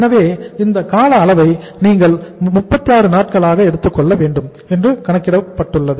எனவே இந்த கால அளவை நீங்கள் 36 நாட்களாக எடுத்துக்கொள்ள வேண்டும் என்று கணக்கிடப்பட்டுள்ளது